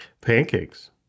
Pancakes